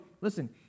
listen